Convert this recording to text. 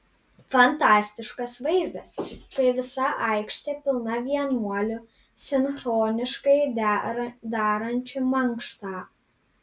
fantastiškas vaizdas kai visa aikštė pilna vienuolių sinchroniškai darančių mankštą